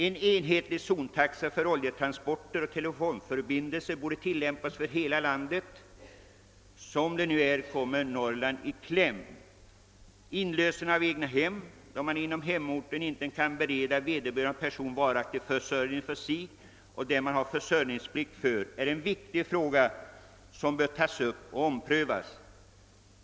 En enhetlig zontaxa för oljetransporter och telefonförbindelser borde tilllämpas för hela landet. Som det nu är kommer Norrland i kläm. Inlösen av egnahem, då personer inte kan beredas varaktig sysselsättning inom hemorten, är också en viktig fråga som bör tas upp till omprövning.